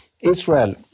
Israel